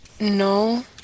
No